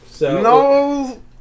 No